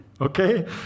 Okay